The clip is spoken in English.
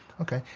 okay.